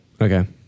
Okay